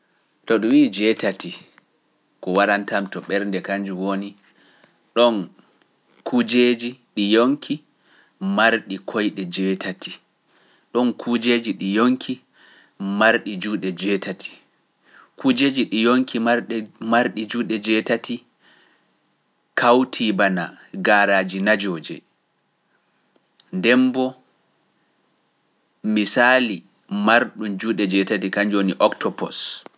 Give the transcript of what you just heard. To ɗum wiiye jeetati, ko warantam to ɓernde kanjum woni, ɗoon kujeeji ɗi yonki marɗi koyɗe jeetati, ɗoon kujeeji ɗi yonki marɗi juuɗe jeetati, kujeeji ɗi yonki marɗi juuɗe jeetati kawtibanaa gaaraaji najoje, ndembo misaali marɗo juuɗe jeetati ka njooni Octopus.